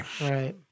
Right